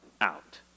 out